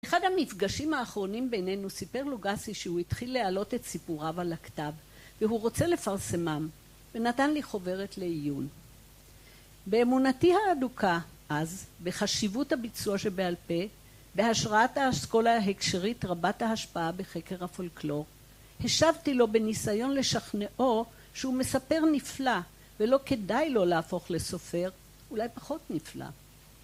באחד המפגשים האחרונים בינינו סיפר לוגסי שהוא התחיל להעלות את סיפוריו על הכתב, והוא רוצה לפרסמם, ונתן לי חוברת לעיון. באמונתי האדוקה, אז, בחשיבות הביצוע שבעל פה, בהשראת האשכולה ההקשרית רבת ההשפעה בחקר הפולקלור, השבתי לו בניסיון לשכנעו שהוא מספר נפלא, ולא כדאי לו להפוך לסופר אולי פחות נפלא